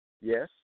Yes